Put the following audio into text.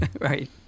right